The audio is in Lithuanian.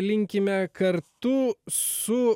linkime kartu su